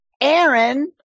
Aaron